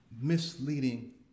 misleading